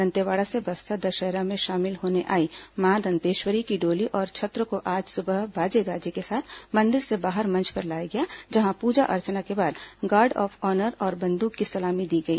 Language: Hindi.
दंतेवाड़ा से बस्तर दशहरा में शामिल होने आई मां दंतेश्वरी की डोली और छत्र को आज सुबह बाजे गाजे के साथ मंदिर से बाहर मंच पर लाया गया जहां पूजा अर्चना के बाद गार्ड ऑफ ऑनर और बंदूक से सलामी दी गई